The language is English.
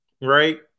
Right